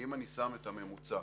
אם אני שם את הממוצע